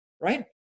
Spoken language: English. right